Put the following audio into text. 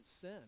sin